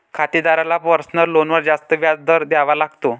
खातेदाराला पर्सनल लोनवर जास्त व्याज दर द्यावा लागतो